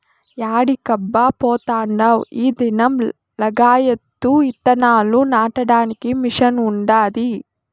యాడికబ్బా పోతాండావ్ ఈ దినం లగాయత్తు ఇత్తనాలు నాటడానికి మిషన్ ఉండాది